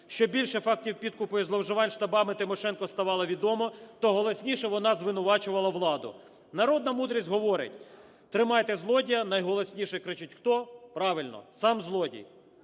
Що більше фактів підкупу і зловживань штабами Тимошенко ставало відомо, то голосніше вона звинувачувала владу. Народна мудрість говорить: "тримайте злодія" найголосніше кричить хто? Правильно, сам злодій.